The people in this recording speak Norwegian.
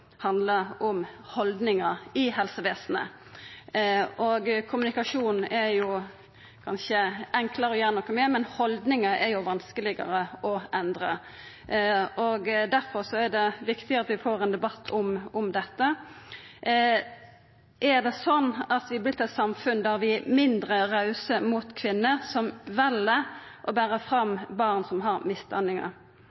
kanskje enklare å gjera noko med, men haldningar er det vanskelegare å endra. Derfor er det viktig at vi får ein debatt om dette. Er det slik at vi har vorte eit samfunn der vi er mindre rause mot kvinner som vel å bera fram